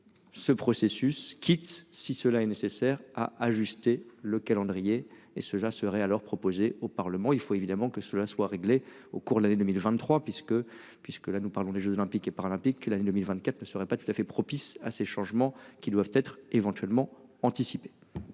Ce processus quitte si cela est nécessaire à ajuster le calendrier et-ce à leur proposer au Parlement, il faut évidemment que cela soit réglé au cours de l'année 2023 puisque, puisque là nous parlons des Jeux olympiques et paralympiques que l'année 2024 ne serait pas tout à fait propice à ces changements qui doivent être éventuellement anticiper.